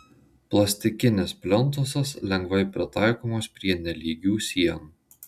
plastikinis plintusas lengvai pritaikomas prie nelygių sienų